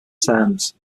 terms